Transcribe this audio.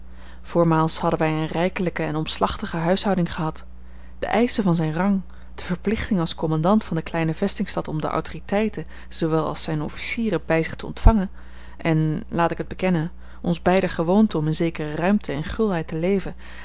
voormaals hadden wij een rijkelijke en omslachtige huishouding gehad de eischen van zijn rang de verplichting als commandant van de kleine vestingstad om de autoriteiten zoowel als zijne officieren bij zich te ontvangen en laat ik het bekennen ons beider gewoonte om in zekere ruimte en gulheid te leven